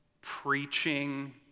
preaching